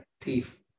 thief